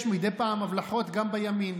יש מדי פעם הבלחות גם בימין,